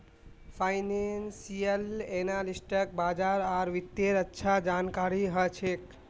financial एनालिस्टक बाजार आर वित्तेर अच्छा जानकारी ह छेक